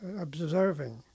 observing